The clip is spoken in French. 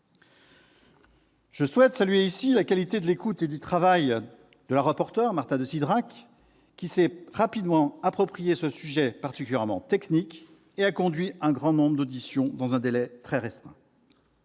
Je souhaite saluer la qualité de l'écoute et du travail de la rapporteur, Marta de Cidrac, qui s'est rapidement approprié ce sujet particulièrement technique et a conduit un grand nombre d'auditions dans un délai très restreint.